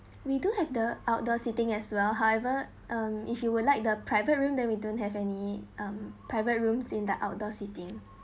we do have the outdoor seating as well however um if you would like the private room that we don't have any um private rooms in the outdoor seating